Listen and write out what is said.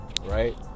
right